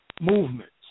movements